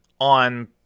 on